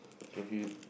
if you